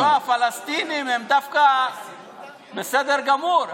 מבחינתו הפלסטינים הם דווקא בסדר גמור.